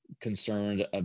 concerned